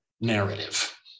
narrative